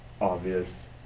obvious